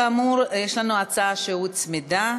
כאמור, יש לנו הצעה שהוצמדה,